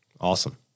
Awesome